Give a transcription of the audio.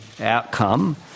outcome